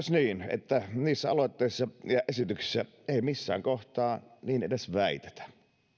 että niissä aloitteissa ja esityksissä ei missään kohtaa niin edes väitetä